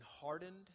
hardened